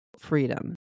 freedom